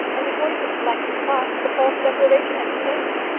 and before he could collect his thoughts the false declaration had been made!